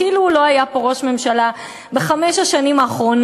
כאילו הוא לא היה פה ראש ממשלה בחמש השנים האחרונות,